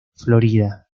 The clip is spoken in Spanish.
florida